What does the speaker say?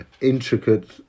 intricate